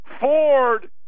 Ford